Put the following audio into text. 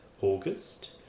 August